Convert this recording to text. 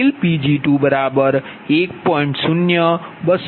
0203 મળશે